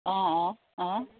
অঁ অঁ অঁ